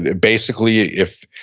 ah basically if,